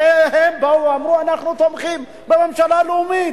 הרי הם באו ואמרו, אנחנו תומכים בממשלה לאומית.